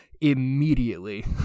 immediately